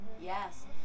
Yes